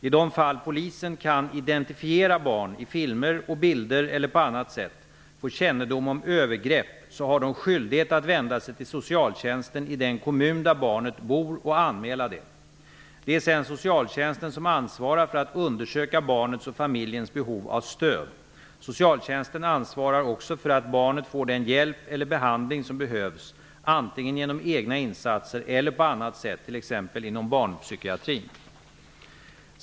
I de fall polisen kan identifiera barn i filmer och bilder eller på annat sätt får kännedom om övergrepp har de skyldighet att vända sig till socialtjänsten i den kommun där barnet bor och anmäla detta. Det är sedan socialtjänsten som ansvarar för att undersöka barnets och familjens behov av stöd. Socialtjänsten ansvarar även för att barnet får den hjälp eller behandling som behövs antingen genom egna insatser eller på annat sätt t.ex. inom barnpsykiatrin.